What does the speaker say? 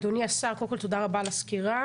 אדוני השר, קודם כל תודה רבה על הסקירה.